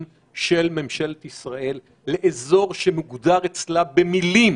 של ממשלת ישראל לאזור שמוגדר אצלה במילים,